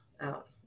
out